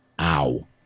Ow